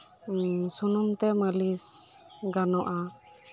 ᱥᱩᱱᱩᱢ ᱛᱮ ᱢᱟᱹᱞᱤᱥ ᱜᱟᱱᱚᱜ ᱟ